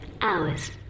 hours